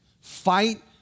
Fight